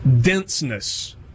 denseness